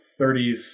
30s